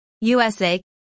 USA